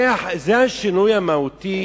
זה השינוי המהותי